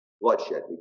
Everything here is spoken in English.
bloodshed